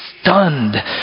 stunned